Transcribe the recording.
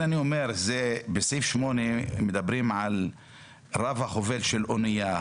בסעיף 8 מדברים על רב החובל של אונייה,